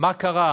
מה קרה